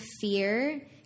fear